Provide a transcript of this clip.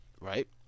Right